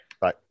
Bye